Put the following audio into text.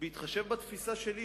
בהתחשב בתפיסה שלי,